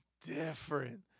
different